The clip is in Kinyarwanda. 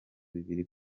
bibiri